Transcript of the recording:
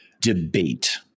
debate